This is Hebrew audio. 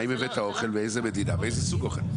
האם הבאת אוכל, מאיזו מדינה ואיזה סוג אוכל.